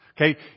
Okay